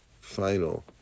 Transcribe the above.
final